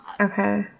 Okay